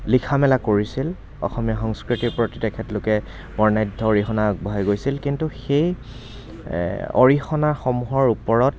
লিখা মেলা কৰিছিল অসমীয়া সংস্কৃতিৰ প্ৰতি তেখেতলোকে বৰ্ণাঢ্য অৰিহণা আগবঢ়াই গৈছিল কিন্তু সেই অৰহিণাসমূহৰ ওপৰত